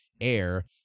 air